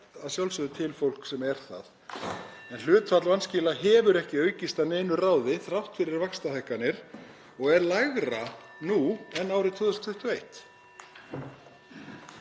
að sjálfsögðu til fólk sem er það en hlutfall vanskila hefur ekki aukist að neinu ráði þrátt fyrir vaxtahækkanir og er lægra nú en árið 2021.